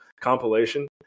compilation